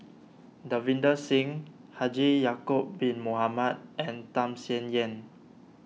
Davinder Singh Haji Ya'Acob Bin Mohamed and Tham Sien Yen